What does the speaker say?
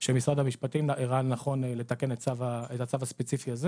של משרד המשפטים ראה לנכון לתקן את הצו הספציפי הזה